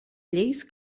lleis